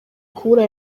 kubura